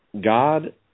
god